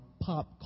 pop